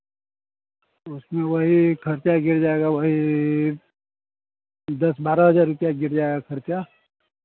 उसमें वही खर्चा गिर जाएगा वही दस बारह हज़ार रुपये गिर जाएगा खर्चा